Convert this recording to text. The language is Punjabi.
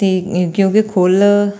ਅਤੇ ਕਿਉਂਕਿ ਖੁੱਲ੍ਹ